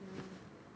ya